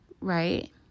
right